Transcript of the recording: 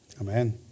Amen